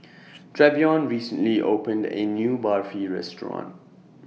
Treyvon recently opened A New Barfi Restaurant